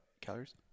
calories